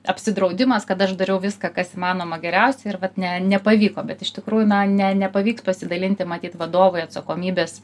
apsidraudimas kad aš dariau viską kas įmanoma geriausia ir vat ne nepavyko bet iš tikrųjų na ne nepavyks pasidalinti matyt vadovui atsakomybės